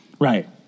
Right